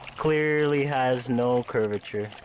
clearly has no curvature.